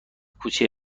کوچه